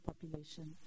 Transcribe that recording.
population